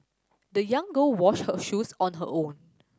the young girl washed her shoes on her own